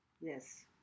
Yes